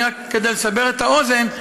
רק כדי לסבר את האוזן: